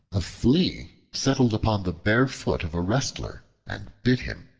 a flea settled upon the bare foot of a wrestler and bit him,